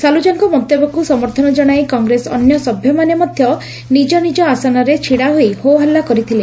ସାଲୁଜାଙ୍କ ମନ୍ତବ୍ୟକୁ ସମର୍ଥନ କଶାଇ କଂଗ୍ରେସ ଅନ୍ୟ ସଭ୍ୟମାନେ ମଧ୍ଧ ନିକ ନିକ ଆସନରେ ଛିଡା ହୋଇ ହୋହାଲ୍ଲ କରିଥିଲେ